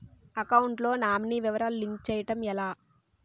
Account లో nominee వివరాలు link చేయటం ఎలా?